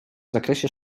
zakresie